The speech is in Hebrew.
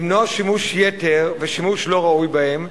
למנוע שימוש יתר ושימוש לא ראוי בהם,